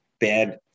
bad